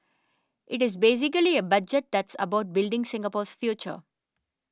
it is basically a budget that's about building Singapore's future